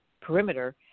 perimeter